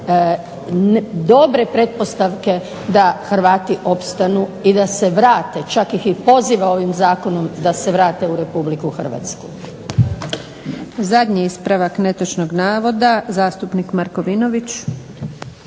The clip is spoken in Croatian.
dobre pretpostavke da Hrvati opstanu i da se vrate, čak ih i poziva ovim zakonom da se vrate u RH.